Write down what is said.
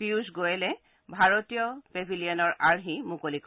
পিয়ুল গোৱেলে ভাৰতীয় পেভিলিয়নৰ আৰ্হি মুকলি কৰে